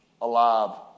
alive